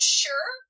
sure